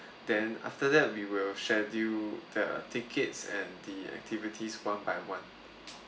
then after that we will schedule the tickets and the activities one by one